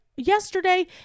yesterday